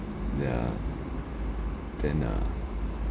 yeah then uh